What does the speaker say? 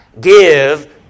give